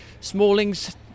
Smallings